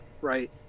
right